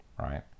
right